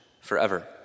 forever